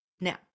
Now